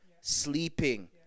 sleeping